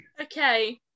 Okay